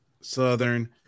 Southern